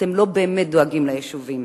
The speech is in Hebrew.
אתם לא באמת דואגים ליישובים.